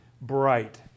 bright